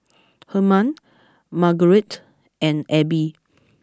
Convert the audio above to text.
Hermann Margarette and Abbie